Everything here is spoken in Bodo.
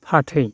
फाथै